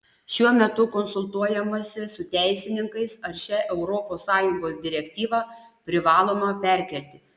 šiuo metu konsultuojamasi su teisininkais ar šią europos sąjungos direktyvą privaloma perkelti